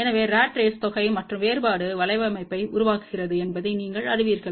எனவே rat race தொகை மற்றும் வேறுபாடு வலையமைப்பை உருவாக்குகிறது என்பதை நீங்கள் அறிவீர்கள்